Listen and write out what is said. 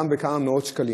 גם בכמה מאות שקלים,